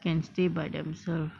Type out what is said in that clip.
can stay by themself